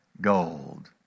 gold